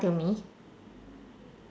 to me